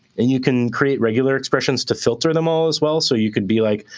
and you can create regular expressions to filter them all, as well. so you could be like,